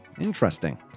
Interesting